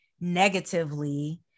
negatively